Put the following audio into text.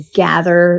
gather